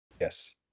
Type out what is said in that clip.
yes